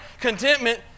Contentment